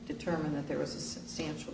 determine that there was a substantial